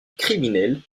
criminelle